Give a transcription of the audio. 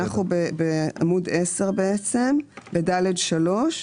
אנחנו בעמוד 10 בעצם, ב-(ד3).